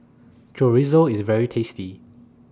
Chorizo IS very tasty